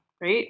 right